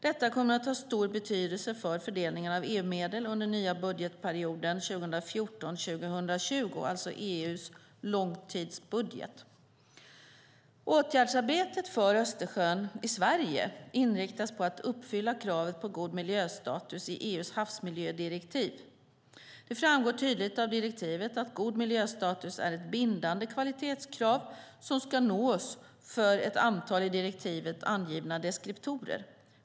Detta kommer att ha stor betydelse för fördelningen av EU-medel under den nya budgetperioden 2014-2020, alltså EU:s långtidsbudget. Åtgärdsarbetet för Östersjön i Sverige inriktas på att uppfylla kravet på god miljöstatus i EU:s havsmiljödirektiv. Det framgår tydligt av direktivet att god miljöstatus är ett bindande kvalitetskrav som ska nås för ett antal i direktivet angivna deskriptorer.